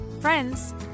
friends